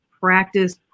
practice